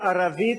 ערבית,